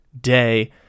day